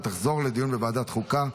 ותחזור לדיון בוועדת החוקה,